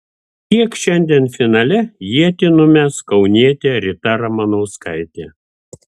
kiek šiandien finale ietį numes kaunietė rita ramanauskaitė